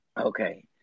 Okay